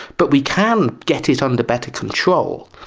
but we can get it under better control.